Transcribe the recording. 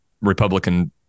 Republican